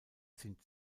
sind